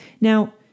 Now